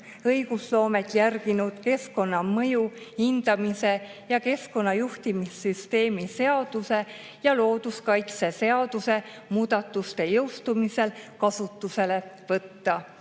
õigusloomet järginud keskkonnamõju hindamise ja keskkonnajuhtimissüsteemi seaduse ning looduskaitseseaduse muudatuste jõustumise korral kasutusele võtta.